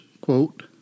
quote